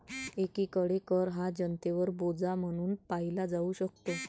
एकीकडे कर हा जनतेवर बोजा म्हणून पाहिला जाऊ शकतो